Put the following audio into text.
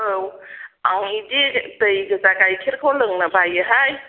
औ आं बिदि दैगोजा गाइखेरखौ लोंनो बायोहाय